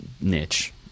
niche